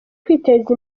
kwiteza